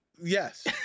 Yes